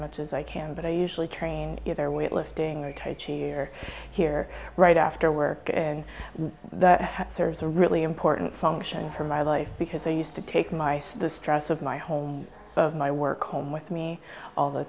much as i can but i usually train their weightlifting or try chior here right after work and there's a really important function for my life because i used to take my the stress of my home of my work home with me all the